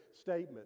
statement